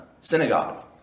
synagogue